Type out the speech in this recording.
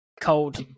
cold